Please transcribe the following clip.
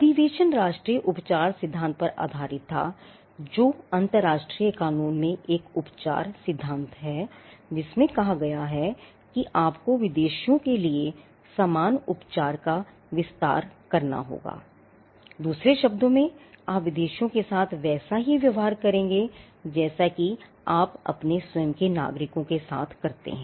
अधिवेशन राष्ट्रीय उपचार सिद्धांत पर आधारित था जो कि अंतर्राष्ट्रीय कानून में एक उपचार सिद्धांत है जिसमें कहा गया है कि आपको विदेशियों के लिए समान उपचार का विस्तार करना होगा दूसरे शब्दों में आप विदेशियों के साथ वैसा ही व्यवहार करेंगे जैसा कि आप अपने स्वयं के नागरिकों के साथ करते हैं